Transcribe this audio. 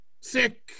sick